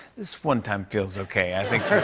this one time feels okay, i think.